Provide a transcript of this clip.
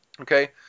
Okay